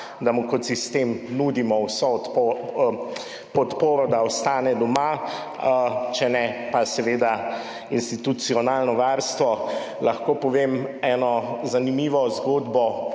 da mu kot sistem nudimo vso podporo, da ostane doma, če ne, pa seveda institucionalno varstvo. Lahko povem eno zanimivo zgodbo